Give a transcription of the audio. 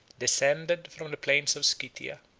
descended from the plains of scythia,